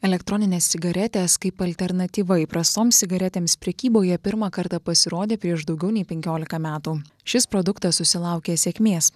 elektroninės cigaretės kaip alternatyva įprastoms cigaretėms prekyboje pirmą kartą pasirodė prieš daugiau nei penkiolika metų šis produktas susilaukė sėkmės